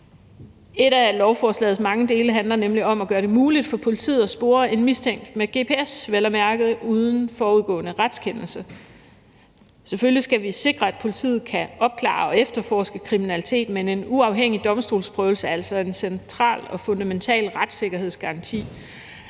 Et af lovforslagets mange dele handler nemlig om at gøre det muligt for politiet at spore en mistænkt med gps, vel at mærke uden forudgående retskendelse. Selvfølgelig skal vi sikre, at politiet kan opklare og efterforske kriminalitet, men en uafhængig domstolsprøvelse er altså en central og fundamental retssikkerhedsgaranti,